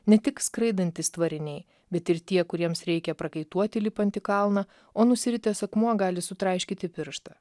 ne tik skraidantys tvariniai bet ir tie kuriems reikia prakaituoti lipant į kalną o nusiritęs akmuo gali sutraiškyti pirštą